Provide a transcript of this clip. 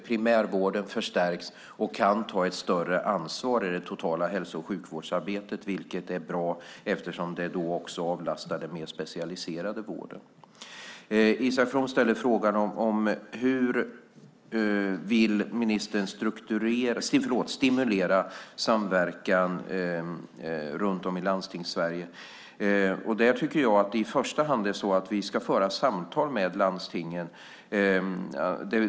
Primärvården förstärks och kan ta ett större ansvar i det totala hälso och sjukvårdsarbetet, vilket är bra eftersom det avlastar den mer specialiserade vården. Isak From frågar hur ministern vill stimulera samverkan runt om i Landstingssverige. Jag tycker att vi i första hand ska föra samtal med landstingen.